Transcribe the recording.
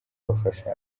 bafasha